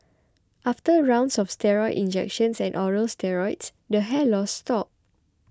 after rounds of steroid injections and oral steroids the hair loss stopped